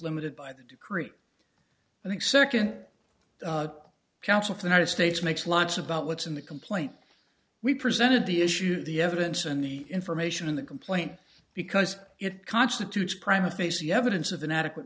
limited by the decree i think second counsel tonight of states makes lots about what's in the complaint we presented the issues the evidence and the information in the complaint because it constitutes crime of facie evidence of an adequate